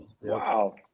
wow